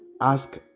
ask